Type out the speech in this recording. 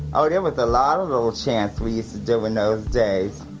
oh, there was a lot of little chants we used to do in those days.